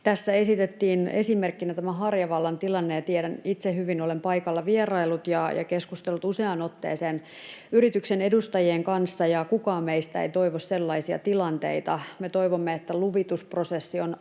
Tässä esitettiin esimerkkinä tämä Harjavallan tilanne, ja tiedän sen itse hyvin, kun olen paikalla vieraillut ja keskustellut useaan otteeseen yrityksen edustajien kanssa, ja kukaan meistä ei toivo sellaisia tilanteita. Me toivomme, että luvitusprosessi on